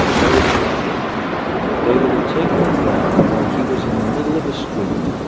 or a tube-train. they would have taken him down when he was in the middle of a street,